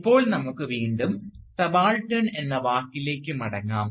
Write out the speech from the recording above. ഇപ്പോൾ നമുക്ക് വീണ്ടും സബാൾട്ടൻ എന്ന വാക്കിലേക്ക് മടങ്ങാം